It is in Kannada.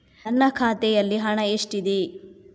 ನನ್ನ ಖಾತೆಯಲ್ಲಿ ಹಣ ಎಷ್ಟಿದೆ?